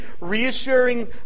reassuring